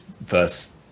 versus